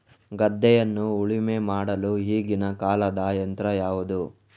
ಗದ್ದೆಯನ್ನು ಉಳುಮೆ ಮಾಡಲು ಈಗಿನ ಕಾಲದ ಯಂತ್ರ ಯಾವುದು?